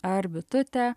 ar bitutę